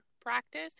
practice